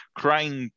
crying